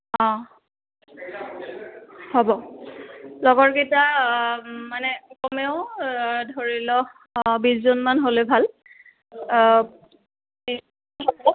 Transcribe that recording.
অঁ হ'ব লগৰকেইটা মানে কমেও ধৰি ল অঁ বিছজনমান হ'লে ভাল অঁ